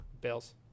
Bills